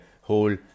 whole